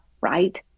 right